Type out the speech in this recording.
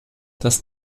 dass